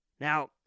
Now